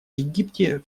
египте